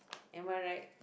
am I right